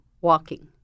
walking